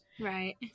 Right